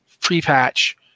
pre-patch